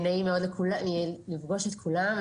נעים מאוד לפגוש את כולם.